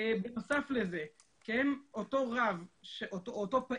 בנוסף לזה אותו פעיל,